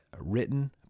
Written